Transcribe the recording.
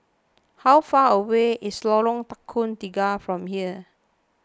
how far away is Lorong Tukang Tiga from here